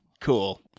Cool